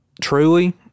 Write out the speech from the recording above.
truly